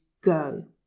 go